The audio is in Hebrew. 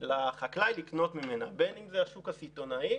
לחקלאי לקנות ממנו, בין אם זה השוק הסיטונאי